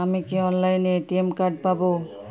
আমি কি অনলাইনে এ.টি.এম কার্ড পাব?